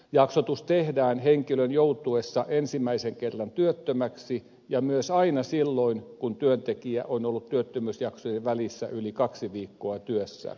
jaksotus tehdään henkilön joutuessa ensimmäisen kerran työttömäksi ja myös aina silloin kun työntekijä on ollut työttömyysjaksojen välissä yli kaksi viikkoa työssä